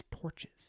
torches